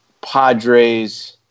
Padres –